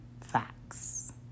Facts